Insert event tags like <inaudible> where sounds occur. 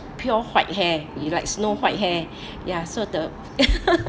pure white hair like snow white hair ya so the <laughs>